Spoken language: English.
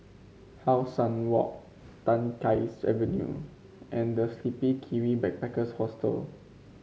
How Sun Walk Tai Keng Avenue and The Sleepy Kiwi Backpackers Hostel